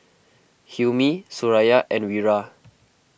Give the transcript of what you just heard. Hilmi Suraya and Wira